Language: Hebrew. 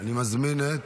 אני מזמין את